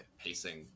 pacing